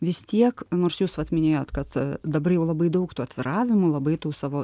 vis tiek nors jūs vat minėjot kad dabar jau labai daug tų atviravimų labai tų savo